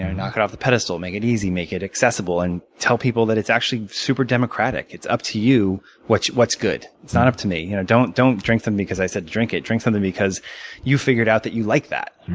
and knock it off the pedestal. make it easy, make it accessible. and tell people that it's actually super democratic. it's up to you what's what's good. it's not up to me. you know don't don't drink something because i said drink it. drink something because you figured out that you like that.